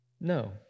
No